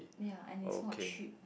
ya and it's not cheap